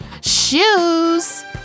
shoes